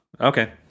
okay